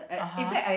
(uh huh)